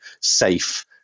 safe